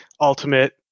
ultimate